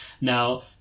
Now